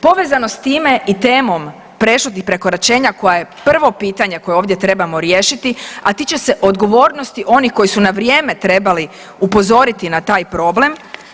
Povezanost time i temom prešutnih prekoračenja koja je prvo pitanje koje trebamo ovdje riješiti, a tiče se odgovornosti onih koji su na vrijeme trebali upozoriti na taj problem.